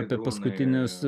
apie paskutinius